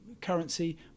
currency